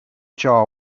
jar